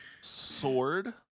Sword